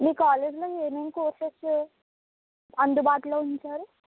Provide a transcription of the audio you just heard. మీ college లో ఏమేం courses అందుబాటులో ఉంచారు